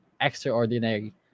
extraordinary